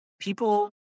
people